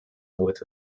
with